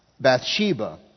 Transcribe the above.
Bathsheba